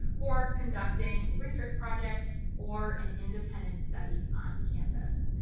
or conducting a research project or an independent study on-campus.